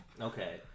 Okay